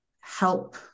help